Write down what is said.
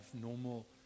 normal